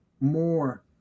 more